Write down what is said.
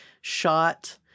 shot